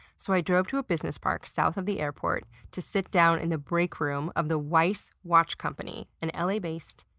so i drove to a business park south of the airport to sit down in the break room of the weiss watch company an la-based,